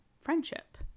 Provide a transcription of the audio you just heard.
friendship